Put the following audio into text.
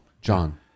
John